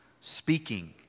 speaking